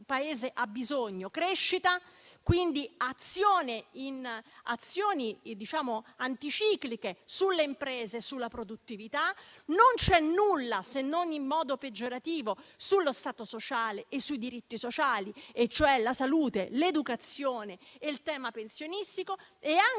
Paese ha bisogno: penso alla crescita e, quindi, ad azioni anticicliche sulle imprese, sulla produttività. Non c'è nulla, se non in modo peggiorativo, sullo Stato sociale e sui diritti sociali, cioè sulla salute, sull'educazione e sul tema pensionistico.